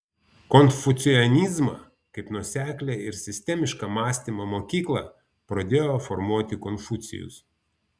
konfucianizmą kaip nuoseklią ir sistemišką mąstymo mokyklą pradėjo formuoti konfucijus